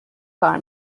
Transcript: کار